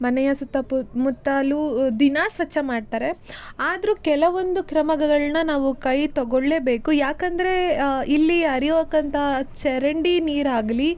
ಮನೆಯ ಸುತ್ತಮುತ್ತಲೂ ದಿನ ಸ್ವಚ್ಛ ಮಾಡ್ತಾರೆ ಆದರೂ ಕೆಲವೊಂದು ಕ್ರಮಗಳನ್ನು ನಾವು ಕೈ ತಗೊಳ್ಳೇಬೇಕು ಯಾಕಂದರೆ ಇಲ್ಲಿ ಹರಿಯೋಕಂತಹ ಚರಂಡಿ ನೀರಾಗಲಿ